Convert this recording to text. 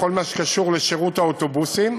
בכל מה שקשור לשירות האוטובוסים,